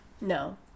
No